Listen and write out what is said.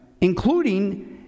Including